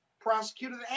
prosecuted